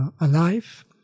alive